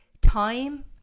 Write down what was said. time